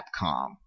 Capcom